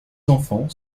enfants